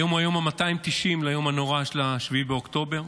היום הוא היום ה-290 ליום הנורא של 7 באוקטובר,